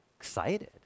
excited